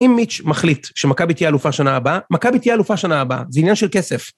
אם מיץ' מחליט שמכבי תהיה אלופה שנה הבאה, מכבי תהיה אלופה שנה הבאה, זה עניין של כסף.